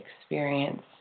experience